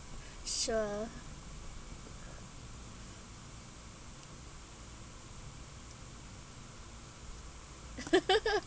sure